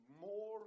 more